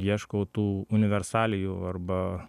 ieškau tų universalijų arba